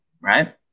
Right